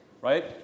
Right